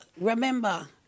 remember